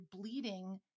bleeding